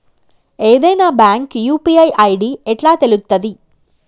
ఏదైనా bank UPI ID ఎట్లా తెలుత్తది?